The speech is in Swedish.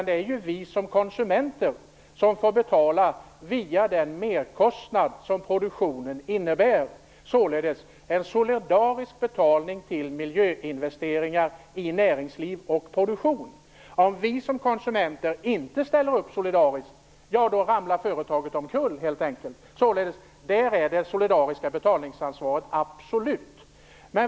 Det är ju vi som konsumenter som får betala via den merkostnad som produktionen innebär. Det är således en solidarisk betalning till miljöinvesteringar i näringsliv och produktion. Om vi som konsumenter inte ställer upp solidariskt ramlar företaget helt enkelt om kull. Där är det solidariska betalningsansvaret absolut.